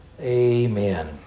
Amen